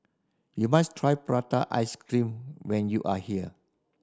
you must try prata ice cream when you are here